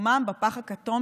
מקומם בפח הכתום,